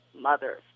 mothers